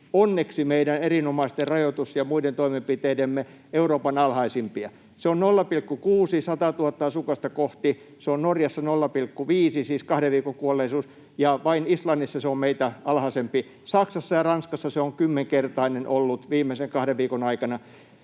onneksi meidän erinomaisten rajoitus‑ ja muiden toimenpiteidemme ansiosta Euroopan alhaisimpia. Se on 100 000:ta asukasta kohti 0,6. Se on Norjassa 0,5, siis kahden viikon kuolleisuus, ja vain Islannissa se on meitä alhaisempi. Saksassa ja Ranskassa se on kymmenkertainen ollut viimeisen kahden viikon aikana.